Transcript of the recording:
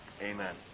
Amen